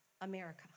America